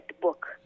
book